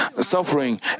suffering